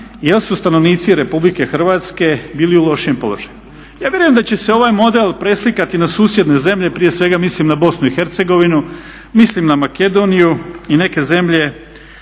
jer su stanovnici Republike Hrvatske bili u lošijem položaju. Ja vjerujem da će se ovaj model preslikati na susjedne zemlje, prije svega mislim na Bosnu i Hercegovinu, mislim na Makedoniju i neke zemlje